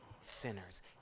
Sinners